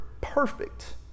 perfect